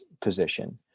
position